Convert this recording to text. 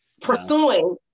Pursuing